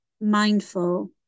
mindful